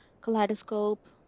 kaleidoscope